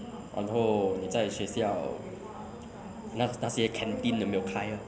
然后你在学校那那些 canteen 都没有开 ah